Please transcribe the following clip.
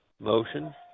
motion